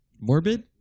Morbid